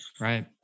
Right